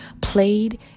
played